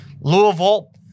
Louisville